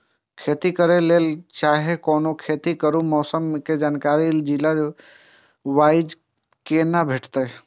खेती करे के लेल चाहै कोनो खेती करू मौसम के जानकारी जिला वाईज के ना भेटेत?